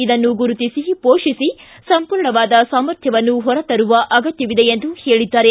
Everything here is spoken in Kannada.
ಇದನ್ನು ಗುರುತಿಸಿ ಪೋಷಿಸಿ ಸಂಪೂರ್ಣವಾದ ಸಾಮರ್ಥ್ಯವನ್ನು ಹೊರತರುವ ಅಗತ್ಯವಿದೆ ಎಂದು ಹೇಳಿದ್ದಾರೆ